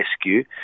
rescue